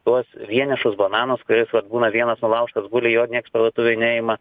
tuos vienišus bananus kuris vat būna vienas nulaužtas guli jo ir nieks parduotuvėj neima